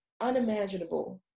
unimaginable